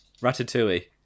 Ratatouille